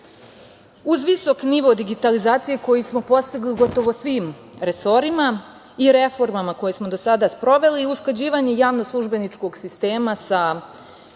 visok nivo digitalizacije koji smo postigli u gotovo svim resorima i reformama koje smo do sada sproveli, usklađivanje javnoslužbeničkog sistema sa